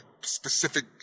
specific